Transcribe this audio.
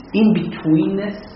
in-betweenness